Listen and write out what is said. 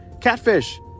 Catfish